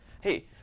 Hey